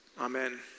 Amen